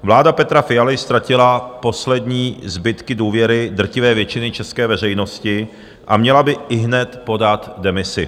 Vláda Petra Fialy ztratila poslední zbytky důvěry drtivé většiny české veřejnosti a měla by ihned podat demisi.